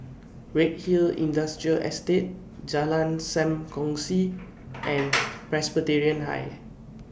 Redhill Industrial Estate Jalan SAM Kongsi and Presbyterian High